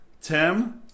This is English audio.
Tim